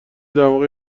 دماغ